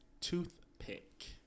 toothpick